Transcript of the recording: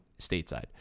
stateside